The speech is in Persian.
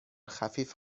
خفیف